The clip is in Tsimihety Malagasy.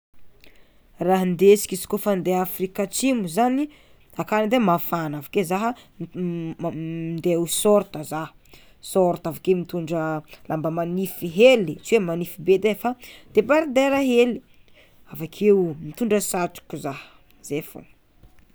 Raha ndesiko izy kôfa ande Afrika Atsimo zany, akagny edy e mafana avakeo zah minday o sôrta zah sôrta avekeo mitondra lamba manify hely tsy hoe manify be edy e fa debardera hely avakeo mitondra satroko zah zay fôgna.